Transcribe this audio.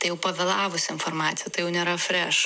tai jau pavėlavus informacija tai jau nėra freš